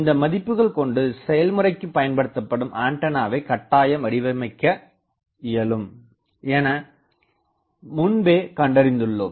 இந்த மதிப்புகள் கொண்டு செயல்முறைக்குப் பயன்படுத்தப்படும் ஆண்டனாவை கட்டாயம் வடிவமைக்க இயலும் என முன்பே கண்டறிந்துள்ளோம்